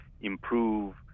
improve